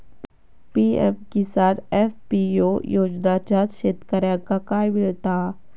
PM Kisan FPO योजनाच्यात शेतकऱ्यांका काय मिळता?